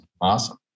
awesome